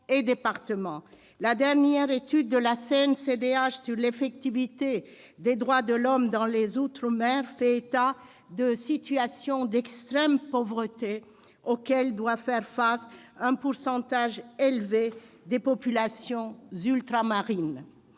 des droits de l'homme sur l'effectivité des droits de l'homme dans les outre-mer fait état de situations d'extrême pauvreté auxquelles doit faire face une proportion élevée des populations ultramarines.